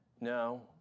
No